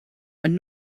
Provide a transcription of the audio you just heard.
and